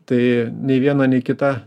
tai nei viena nei kita